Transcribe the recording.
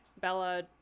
Bella